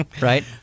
right